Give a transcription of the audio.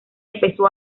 empezó